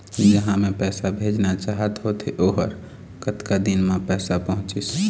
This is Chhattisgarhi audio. जहां मैं पैसा भेजना चाहत होथे ओहर कतका दिन मा पैसा पहुंचिस?